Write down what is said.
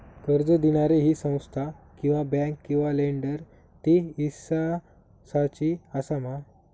कर्ज दिणारी ही संस्था किवा बँक किवा लेंडर ती इस्वासाची आसा मा?